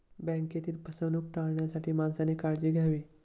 बँकेतील फसवणूक टाळण्यासाठी माणसाने काळजी घ्यावी